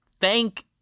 Thank